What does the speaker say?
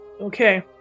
Okay